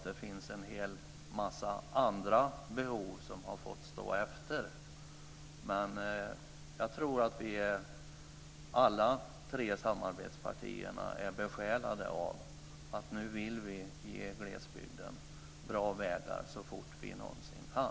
Det finns en massa andra behov som har fått stå efter, men jag tror att alla vi tre samarbetspartier är besjälade av att vi nu vill ge glesbygden bra vägar så fort vi någonsin kan.